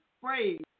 phrase